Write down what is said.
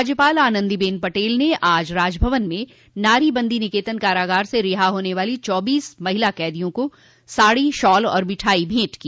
राज्यपाल आनन्दीबेन पटेल ने आज राजभवन में नारी बंदी निकेतन कारागार से रिहा होने वाली चौबीस महिला कैदियों को साड़ी शाल और मिठाई भेंट की